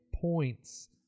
points